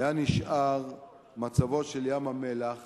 היה נשאר מצבו של ים-המלח